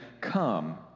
Come